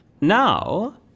Now